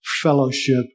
fellowship